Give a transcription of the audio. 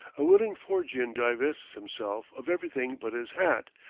a willing foorgian divests himself of everything but his hat,